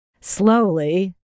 slowly